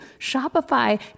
Shopify